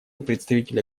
представителя